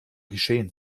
geschehen